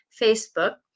Facebook